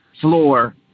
floor